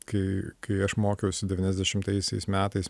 kai kai aš mokiausi devyniasdešimtaisiais metais